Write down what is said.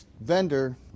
vendor